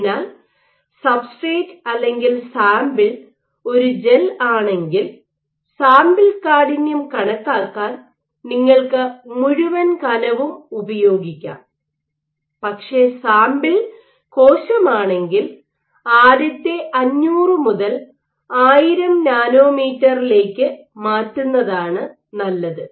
അതിനാൽ സബ്സ്ട്രെറ്റ് അല്ലെങ്കിൽ സാമ്പിൾ ഒരു ജെൽ ആണെങ്കിൽ സാമ്പിൾ കാഠിന്യം കണക്കാക്കാൻ നിങ്ങൾക്ക് മുഴുവൻ കനവും ഉപയോഗിക്കാം പക്ഷേ സാമ്പിൾ കോശമാണെങ്കിൽ ആദ്യത്തെ 500 മുതൽ 1000 നാനോമീറ്ററിലേക്ക് ഡാറ്റ മാറ്റുന്നതാണ് നല്ലത്